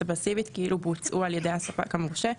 הפסיבית כאילו בוצעו על ידי הספק המורשה,